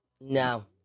No